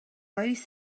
oes